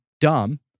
dumb